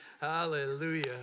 Hallelujah